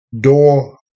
door